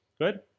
good